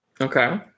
Okay